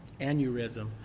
aneurysm